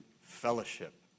fellowship